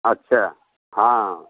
अच्छा हँ